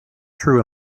true